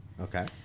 Okay